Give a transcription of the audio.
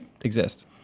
exist